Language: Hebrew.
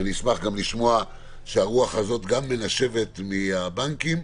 אנחנו נשמח לשמוע שהרוח הזו מנשבת גם מהבנקים,